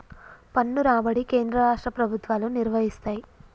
పన్ను రాబడి కేంద్ర రాష్ట్ర ప్రభుత్వాలు నిర్వయిస్తయ్